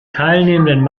teilnehmenden